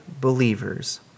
believers